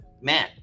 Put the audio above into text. man